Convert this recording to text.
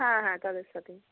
হ্যাঁ হ্যাঁ তাদের সাথেই